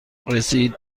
رسید